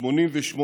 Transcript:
ו-88 נשים,